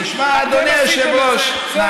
אתם עשיתם את זה, זה